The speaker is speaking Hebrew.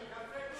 קפה טורקי.